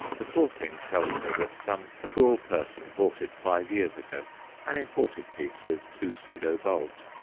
the poor thing tells me that some cruel person bought it five years ago an imported piece, with two pseudo-bulbs.